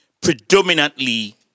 predominantly